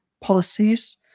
policies